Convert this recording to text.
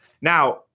Now